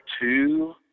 two